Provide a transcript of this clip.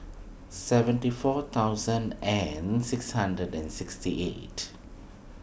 seventy four thousand and six hundred and sixty eight